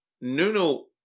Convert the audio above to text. Nuno